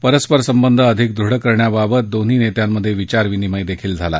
परस्पर संबंध अधिक दृढ करण्याबाबत दोन्ही नेत्यांमध्ये विचारविनिमय झाला